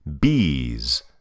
Bees